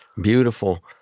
Beautiful